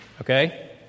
Okay